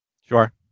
Sure